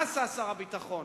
מה עשה שר הביטחון?